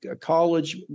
college